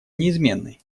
неизменной